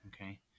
Okay